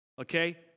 Okay